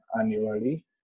annually